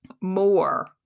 more